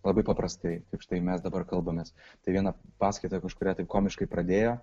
labai paprastai kaip štai mes dabar kalbamės tai vieną paskaitą kažkurią taip komiškai pradėjo